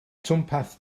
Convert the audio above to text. twmpath